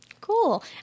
Cool